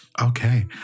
Okay